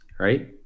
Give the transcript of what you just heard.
right